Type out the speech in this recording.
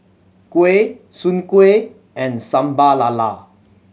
kuih Soon Kuih and Sambal Lala